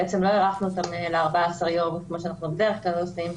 בעצם לא הארכנו אותן ל-14 יום כמו שאנחנו בדרך כלל עושים,